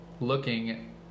looking